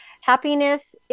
happiness